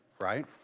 right